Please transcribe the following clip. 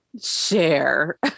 share